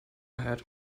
head